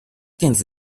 电子